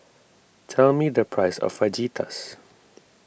tell me the price of Fajitas